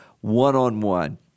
one-on-one